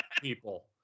people